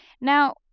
Now